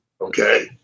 Okay